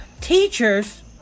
Teachers